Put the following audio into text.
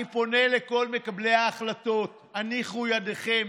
אני פונה לכל מקבלי ההחלטות: הניחו ידיכם,